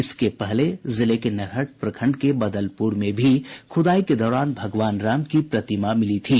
इसके पहले जिले के नरहट प्रखंड के बदलपुर में भी खुदाई के दौरान भगवान श्री राम की प्रतिमा मिली थी